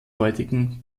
heutigen